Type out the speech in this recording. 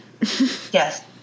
Yes